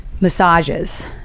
massages